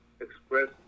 express